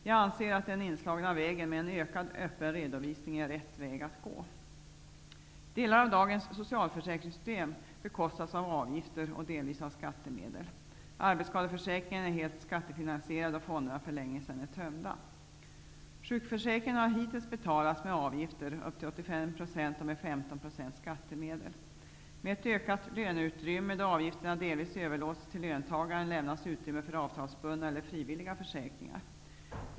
Jag anser att den inslagna vägen med en ökad öppen redovisning är rätt väg att gå. Dagens socialförsäkringssystem bekostas av av gifter och delvis av skattemedel. Arbetsskadeför säkringen är helt skattefinansierad, då fonderna för länge sedan är tömda. Upp till 85 % av sjukförsäkringen har hittills fi nansierats med avgifter, och 15 % har finansierats med skattemedel. Med ett ökat löneutrymme, då avgifterna delvis överlåts till löntagaren, lämnas utrymme för avtalsbundna eller frivilliga försäk ringar.